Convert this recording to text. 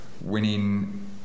Winning